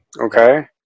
okay